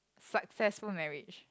successful marriage